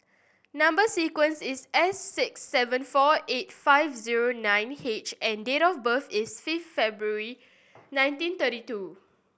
number sequence is S six seven four eight five zero nine H and date of birth is fifth February ninety thirty two